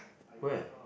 where